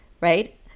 right